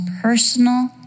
personal